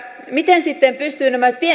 miten sitten pystyvät nämä